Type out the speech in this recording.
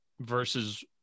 versus